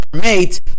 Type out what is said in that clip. mate